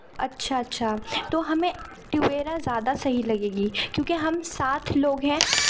اچھا اچھا تو ہمیں ٹویرا زیادہ صحیح لگے گی کیوںکہ ہم سات لوگ ہیں